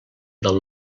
del